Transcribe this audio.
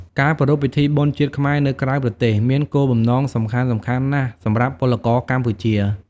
ការប្រារព្ធពិធីបុណ្យជាតិខ្មែរនៅក្រៅប្រទេស មានគោលបំណងសំខាន់ៗណាស់សម្រាប់ពលករកម្ពុជា។